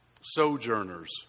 sojourners